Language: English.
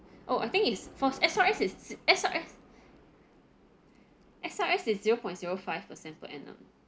oh I think it's for as long as it's as long as as long as the zero point zero five percent per annum